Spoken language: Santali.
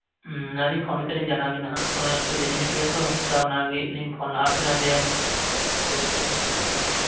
ᱟᱞᱤᱧ ᱯᱷᱳᱱ ᱠᱟᱛᱮᱫ ᱞᱤᱧ ᱡᱟᱱᱟᱣ ᱟᱵᱮᱱᱟ ᱦᱟᱜ ᱮᱠᱷᱚᱱ ᱮᱠᱴᱩ ᱫᱮᱨᱤ ᱧᱚᱜ ᱜᱮᱭᱟ ᱛᱚ ᱛᱟᱣ ᱚᱱᱟ ᱞᱟᱹᱜᱤᱫ ᱞᱤᱧ ᱯᱷᱳᱱ ᱞᱟᱦᱟ ᱟᱜ ᱵᱮᱱᱟ ᱡᱮ ᱜᱤᱫᱽᱨᱟᱹ ᱠᱚᱵᱮᱱ ᱴᱷᱤᱠ ᱠᱚᱣᱟ